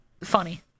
funny